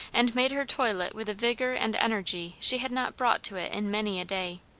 and made her toilette with a vigour and energy she had not brought to it in many a day.